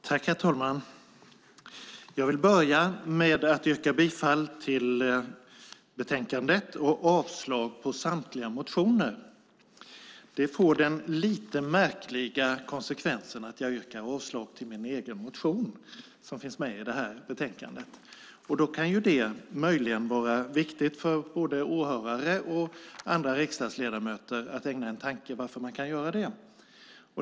Herr talman! Jag vill börja med att yrka bifall till förslaget i betänkandet och avslag på samtliga motioner. Det får den lite märkliga konsekvensen att jag yrkar avslag på min egen motion, som finns med i detta betänkande. Det kan möjligen vara viktigt för både åhörare och andra riksdagsledamöter att ägna en tanke åt varför man gör det.